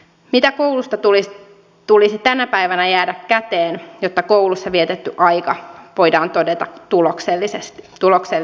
mitä koulusta tulisi tänä päivänä jäädä käteen jotta koulussa vietetty aika voidaan todeta tulokselliseksi